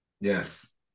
yes